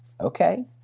okay